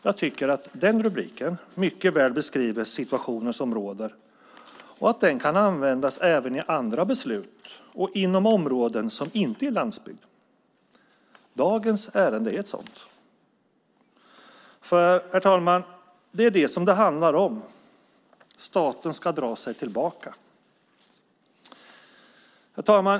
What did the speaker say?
Jag tycker att den rubriken mycket väl beskriver den situation som råder och att den kan användas även när det gäller andra beslut och inom områden som inte är landsbygd. Dagens ärende är ett sådant. För, herr talman, det är det här som det handlar om. Staten ska dra sig tillbaka. Herr talman!